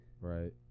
Right